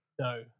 No